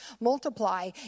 multiply